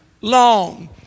long